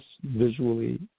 visually